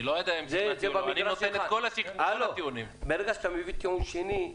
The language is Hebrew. ברגע שאתה מבין טיעון שני,